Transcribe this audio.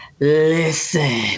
Listen